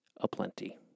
aplenty